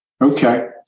Okay